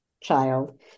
child